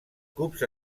cups